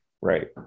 Right